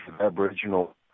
Aboriginal